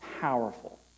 powerful